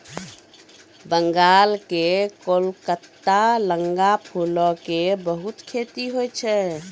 बंगाल के कोलकाता लगां फूलो के बहुते खेती होय छै